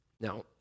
Now